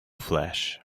flesh